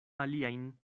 aliajn